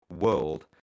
world